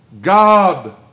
God